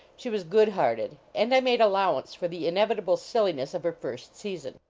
she was good-hearted, and i made allowance for the inevitable silliness of her first season.